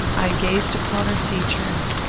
i gazed upon her features,